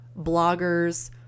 bloggers